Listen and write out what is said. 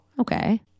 Okay